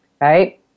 right